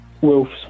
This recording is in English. Wolves